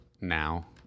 now